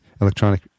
electronic